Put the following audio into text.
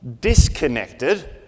disconnected